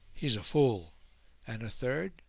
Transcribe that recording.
he is a fool and a third,